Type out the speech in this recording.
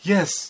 Yes